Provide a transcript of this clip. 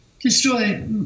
destroy